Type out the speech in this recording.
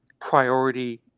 priority